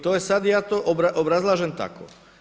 To je sad i ja to obrazlažem tako.